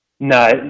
No